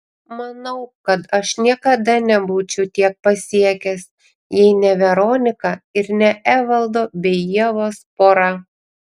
manau kad aš niekada nebūčiau tiek pasiekęs jei ne veronika ir ne evaldo bei ievos pora